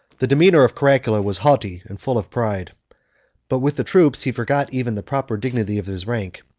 the demeanor of caracalla was haughty and full of pride but with the troops he forgot even the proper dignity of his rank,